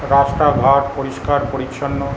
রাস্তাঘাট পরিষ্কার পরিচ্ছন্ন